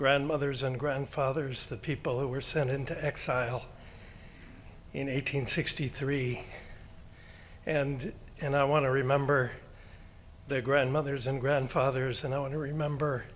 grandmothers and grandfathers the people who were sent into exile in eight hundred sixty three and and i want to remember their grandmothers and grandfathers and i want to remember